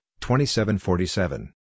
2747